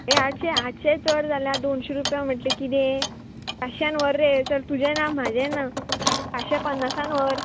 हे आठशें आठशें चड जालें आं दोनशीं रुपया म्हटलें किदें पांचश्यान व्हर रे चल तुजें ना म्हाजें ना पांचशें पन्नासान व्हर